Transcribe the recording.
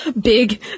Big